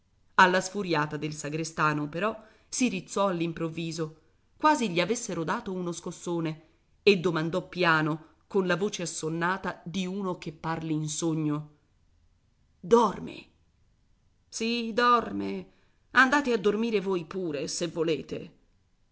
alla sfuriata del sagrestano però si rizzò all'improvviso quasi gli avessero dato uno scossone e domandò piano con la voce assonnata di uno che parli in sogno dorme sì dorme andate a dormire voi pure se volete